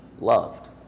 loved